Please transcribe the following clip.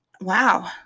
wow